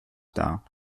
dar